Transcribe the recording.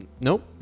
Nope